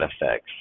effects